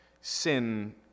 Sin